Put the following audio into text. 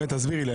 באמת, תסבירי לי.